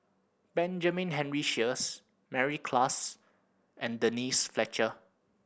Benjamin Henry Sheares Mary Klass and Denise Fletcher